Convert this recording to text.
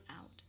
out